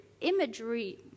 imagery